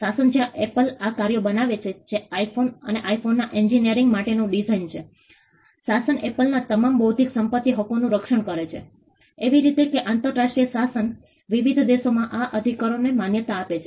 શાસન જ્યાં એપલ આ કાર્યો બનાવે છે જે આઇફોન અને આઇફોનનાં એન્જિનિયરિંગ માટેનું ડિઝાઇન છે શાસન એપલના તમામ બૌદ્ધિક સંપત્તિ હકોનું રક્ષણ કરે છે એવી રીતે કે આંતરરાષ્ટ્રીય શાસન વિવિધ દેશોમાં આ અધિકારોને માન્યતા આપે છે